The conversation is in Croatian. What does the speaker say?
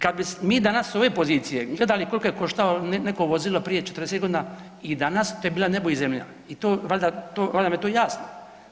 Kada bi mi danas s ove pozicije gledali koliko je koštalo neko vozilo prije 40 godina i danas, to je bilo i nebo i zemlja i valjda vam je to jasno.